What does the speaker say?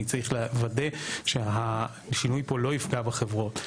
אני צריך לוודא שהשינוי פה לא יפגע בחברות.